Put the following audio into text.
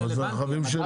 אבל זה הרכבים שלו.